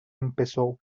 empezó